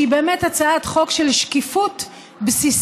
שהיא באמת הצעת חוק של שקיפות בסיסית.